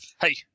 Hey